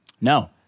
No